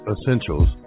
Essentials